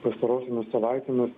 pastarosiomis savaitėmis